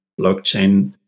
blockchain